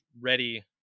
ready